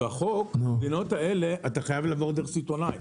בחוק, במדינות האלה, אתה חייב לעבור דרך סיטונאי.